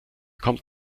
kommt